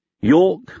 York